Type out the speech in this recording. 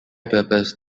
purpose